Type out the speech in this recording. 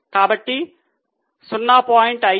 కాబట్టి 0